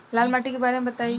लाल माटी के बारे में बताई